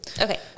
Okay